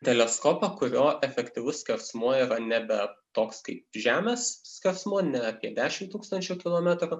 teleskopą kurio efektyvus skersmuo yra nebe toks kai žemės skersmuo ne apie dešimt tūkstančių kilometrų